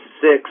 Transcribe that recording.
six